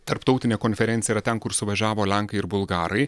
tarptautinę konferenciją ten kur suvažiavo lenkai ir bulgarai